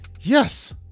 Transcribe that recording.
Yes